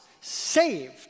Saved